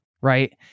right